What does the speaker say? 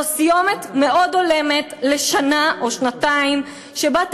זו סיומת מאוד הולמת לשנה או שנתיים שבהן